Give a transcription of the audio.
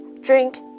drink